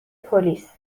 پلیس